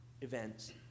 events